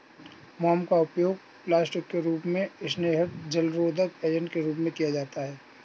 मोम का उपयोग प्लास्टिक के रूप में, स्नेहक, जलरोधक एजेंट के रूप में किया जाता है